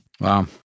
Wow